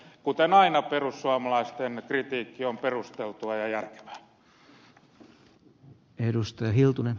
kuten aina perussuomalaisten kritiikki on perusteltua ja järkevää